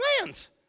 plans